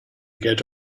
get